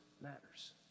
matters